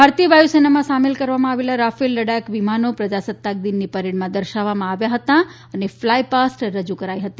ભારતીય વાયુસેનામાં સામેલ કરવામાં આવેલા રાફેલ લડાયક વિમાનો પ્રજાસત્તાક દિનની પરેડમાં દર્શાવવામાં આવ્યા હતા અને ફ્લાયપાસ્ટ રજુ કરી હતી